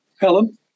Helen